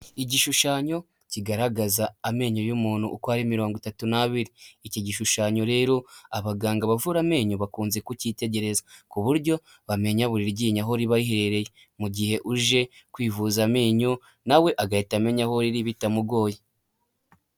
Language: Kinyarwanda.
Igishushanyo kigaragaza amenyo y'umuntu uko ari mirongo itatu n'abiri, iki gishushanyo rero abaganga bavura amenyo bakunze kukicyitegereza ku buryo bamenya buri ryinyo aho riba rihererereye, mu gihe uje kwivuza amenyo nawe agahita amenya aho riri bitamugoye.